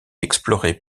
explorée